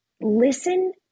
listen